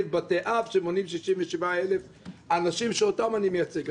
בתי אב שמונים 67,000 אנשים שאותם אני מייצג.